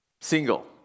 single